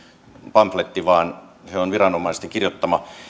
pamfletti vaan viranomaisten kirjoittama